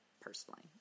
Personally